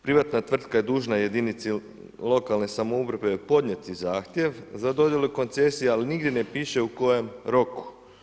Privatna tvrtka je dužna jedinici lokalne samouprave podnijeti zahtjev za dodjelu koncesije, ali nigdje ne piše u kojem roku.